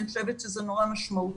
אני חושבת שזה נורא משמעותי.